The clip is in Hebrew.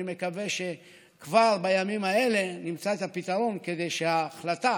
ואני מקווה שכבר בימים האלה נמצא את הפתרון כדי שההחלטה